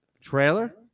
trailer